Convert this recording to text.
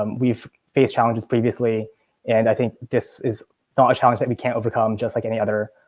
um we've faced challenges previously and i think this is not a challenge that we can't overcome just like any other,